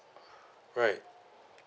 right